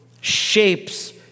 shapes